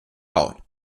bauen